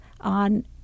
on